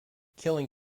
killing